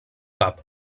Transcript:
cap